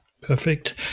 perfect